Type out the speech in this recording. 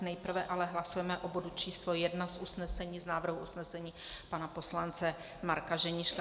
Nejprve ale hlasujeme o bodu číslo 1 z usnesení, z návrhu usnesení pana poslance Marka Ženíška.